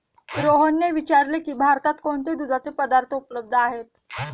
रोहनने विचारले की भारतात कोणते दुधाचे पदार्थ उपलब्ध आहेत?